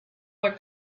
were